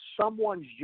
someone's